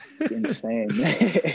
Insane